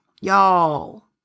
Y'all